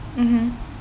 mmhmm